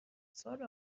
سال